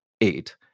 eight